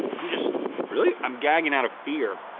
i'm just really? i'm gagging out of fear.